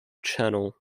channel